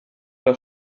das